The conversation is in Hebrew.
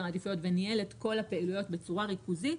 העדיפויות וניהל את כל הפעילויות בצורה ריכוזית,